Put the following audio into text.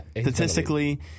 statistically